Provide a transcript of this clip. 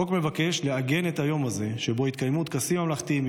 החוק מבקש לעגן את היום הזה שבו יתקיימו טקסים ממלכתיים,